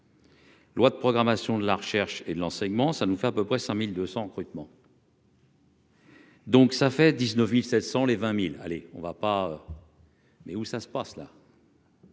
Loi de programmation de la recherche et l'enseignement, ça nous fait à peu près 100200 recrutements. Donc ça fait 19700 les 20000 allez on ne va pas mais où ça se passe là.